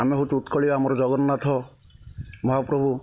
ଆମେ ହେଉଛୁ ଉତ୍କଳୀୟ ଆମର ଜଗନ୍ନାଥ ମହାପ୍ରଭୁ